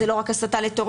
זה לא רק הסתה לטרור,